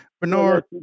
Bernard